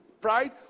pride